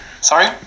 Sorry